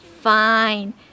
Fine